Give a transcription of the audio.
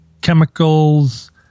chemicals